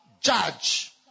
judge